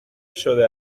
شده